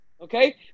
okay